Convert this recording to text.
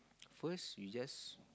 first you just